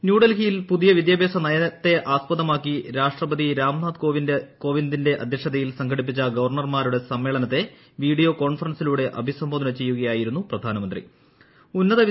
ന്യൂഡൽഹിയിൽ പുതിയ വിദ്യാഭ്യാസ നയത്തെ ആസ്പദമാക്കി രാഷ്ട്രപതി രാംനാഥ് കോവിന്ദിന്റെ അധ്യക്ഷതയിൽ സംഘടിപ്പിച്ച ഗവർണർമാരുടെ സമ്മേളനത്തെ വീഡിയോ കോൺഫറൻസിംഗിലൂടെ ഉദ്ഘാടനം ചെയ്യുകയായിരുന്നു അദ്ദേഹം